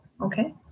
okay